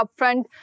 upfront